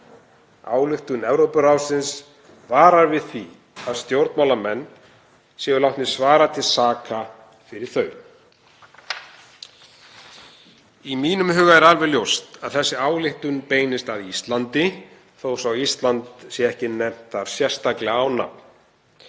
Ályktun Evrópuráðsins varar við því að stjórnmálamenn séu látnir svara til saka fyrir þau. Í mínum huga er alveg ljóst að þessi ályktun beinist að Íslandi þó svo að Ísland sé ekki nefnt þar sérstaklega á